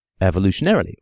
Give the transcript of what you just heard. evolutionarily